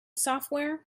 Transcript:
software